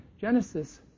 Genesis